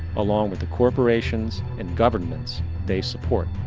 along with the corporations and governments they support.